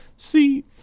See